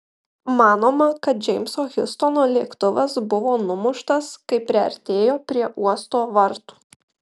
manoma kad džeimso hjustono lėktuvas buvo numuštas kai priartėjo prie uosto vartų